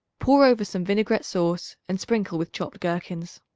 pour over some vinaigrette sauce, and sprinkle with chopped gherkins.